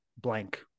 blank